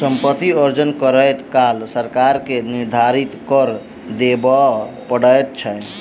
सम्पति अर्जन करैत काल सरकार के निर्धारित कर देबअ पड़ैत छै